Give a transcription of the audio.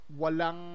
Walang